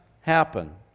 happen